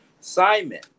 Simon